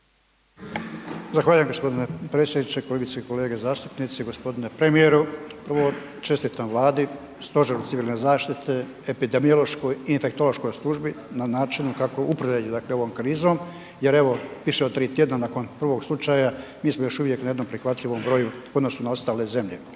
Zahvaljujem gospodine predsjedniče. Kolegice i kolege zastupnici, gospodine premijeru, prvo čestitam Vladi, stožeru civilne zaštite, epidemiološkoj i infektološkoj službi na načinu kako upravljaju dakle ovom krizom evo više od 3 tjedna nakon prvog slučaja mi smo još uvijek na jednom prihvatljivom broju u odnosu na ostale zemlje.